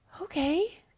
Okay